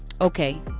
Okay